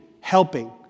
helping